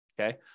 Okay